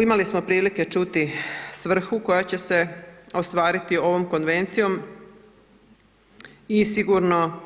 Imali smo prilike čuti svrhu koja će se ostvariti ovom konvencijom i sigurno